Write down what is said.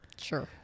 Sure